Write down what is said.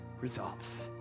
results